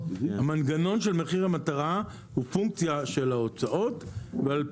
המנגנון של מחיר המטרה הוא פונקציה של ההוצאות ואז,